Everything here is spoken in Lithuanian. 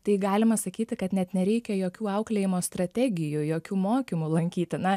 tai galima sakyti kad net nereikia jokių auklėjimo strategijų jokių mokymų lankyti na